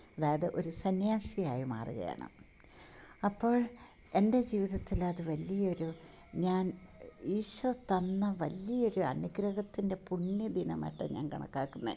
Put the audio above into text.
അതായത് ഒരു സന്യസിയായി മാറുകയാണ് അപ്പോൾ എൻ്റെ ജീവിതത്തിൽ അത് വലിയ ഒരു ഞാൻ ഈശോ തന്ന വലിയൊരു അനുഗ്രഹത്തിൻ്റെ പുണ്യ ദിനമായിട്ടാണ് ഞാൻ കണക്കാക്കുന്നത്